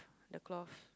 the cloth